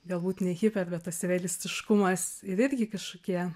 galbūt ne hiper bet tas realistiškumas ir irgi kažkokie